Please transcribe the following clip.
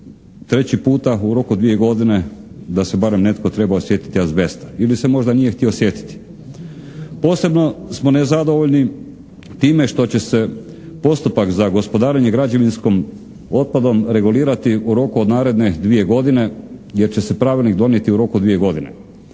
treći puta u roku od dvije godine, da se barem netko trebao sjetiti azbesta. Ili se možda nije htio sjetiti. Posebno smo nezadovoljni time što će se postupak za gospodarenje građevinskim otpadom regulirati u roku od naredne dvije godine jer će se pravilnik donijeti u roku od dvije godine.